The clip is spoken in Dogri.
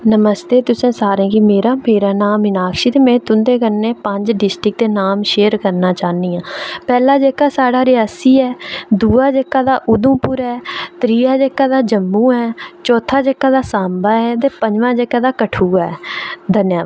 नमस्ते तुसें सारें गी मेरा मेरा नां मीनाक्षी ते में तुंदे कन्नै पंज डिस्ट्रिक्ट दे नां शेयर करना चाहन्नी आं पैह्ला जेह्का साढ़ा रियासी ऐ दूआ जेह्का तां उधमपुर ऐ त्रीआ जेह्का तां जम्मू ऐ चौथा जेह्का तां साम्बा ऐ ते पंजमां जेह्का तां कठुआ ऐ धन्नावाद